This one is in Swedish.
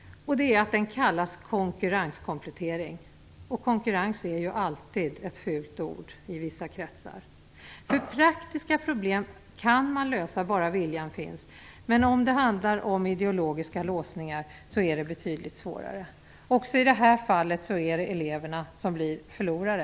Det är att den kallas konkurrenskomplettering, och konkurrens är ju alltid ett fult ord i vissa kretsar. Praktiska problem kan lösas om bara viljan finns, men om det handlar om ideologiskt låsningar är det betydligt svårare. Även i det här fallet är det tyvärr eleverna som blir förlorare.